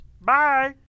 Bye